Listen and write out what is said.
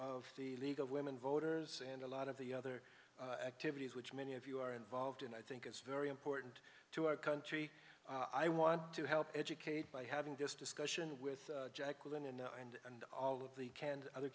of the league of women voters and a lot of the other activities which many of you are involved in i think it's very important to our country i want to help educate by having this discussion with jacqueline and and and all of the